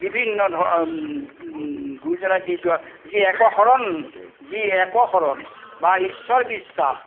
বিভিন্ন ধ গুৰুজনাই দি যোৱা যি এক শৰণ যি এক শৰণ বা ঈশ্বৰ বিশ্বাস